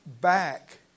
back